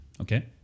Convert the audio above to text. Okay